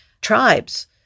tribes